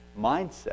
mindset